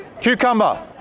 Cucumber